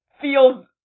feels